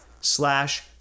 slash